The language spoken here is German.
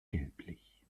gelblich